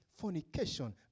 fornication